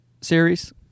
series